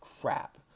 crap